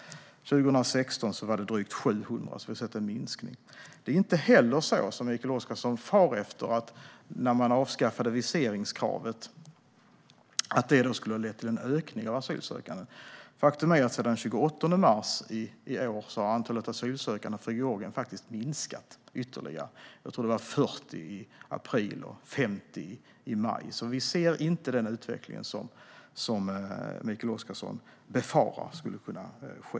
År 2016 var det drygt 700, så vi har sett en minskning. Det är inte heller så som Mikael Oscarsson far efter att avskaffandet av viseringskravet har lett till en ökning av antalet asylsökande. Faktum är att sedan den 28 mars i år har antalet asylsökande från Georgien minskat ytterligare. Jag tror att det var 40 i april och 50 i maj. Vi ser alltså inte den utveckling som Mikael Oscarsson befarar.